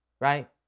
Right